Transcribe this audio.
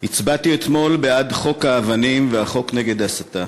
הצבעתי אתמול בעד חוק האבנים והחוק נגד הסתה.